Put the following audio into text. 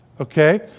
okay